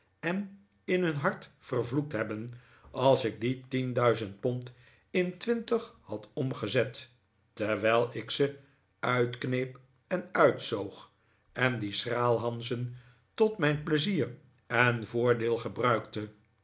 en in hun hart vervloekt hebben als ik die tien duizend pond in twintig had omgezet terwijl ik ze uitkneep en uitzoog en die schraalhanzen tot mijn pleizier en voordeel gebruikte